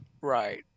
Right